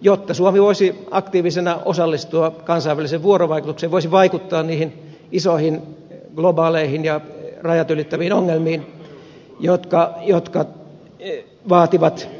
jotta suomi voisi aktiivisena osallistua kansainväliseen vuorovaikutukseen ja vaikuttaa niihin isoihin globaaleihin ja rajat ylittäviin ongelmiin jotka vaativat yhteistä työtä